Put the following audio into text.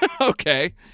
Okay